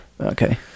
Okay